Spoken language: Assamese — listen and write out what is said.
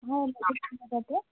হয়